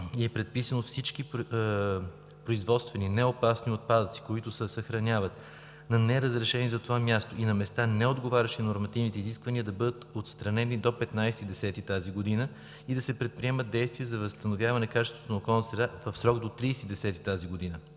е предписано всички производствени, неопасни отпадъци, които се съхраняват на неразрешени за това място и на места, неотговарящи на нормативните изисквания, да бъдат отстранени до 15 октомври тази година и да се предприемат действия за възстановяване качеството на околната среда в срок до 30 октомври